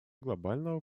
глобального